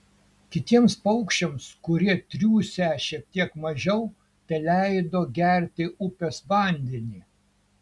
kitiems paukščiams kurie triūsę šiek tiek mažiau teleido gerti upės vandenį